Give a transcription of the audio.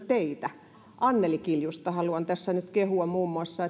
teitä anneli kiljusta haluan tässä nyt kehua muun muassa